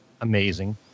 amazing